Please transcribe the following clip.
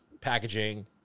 packaging